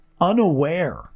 unaware